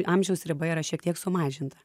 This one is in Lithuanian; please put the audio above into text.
amžiaus riba yra šiek tiek sumažinta